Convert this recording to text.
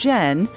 Jen